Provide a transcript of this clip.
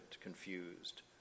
confused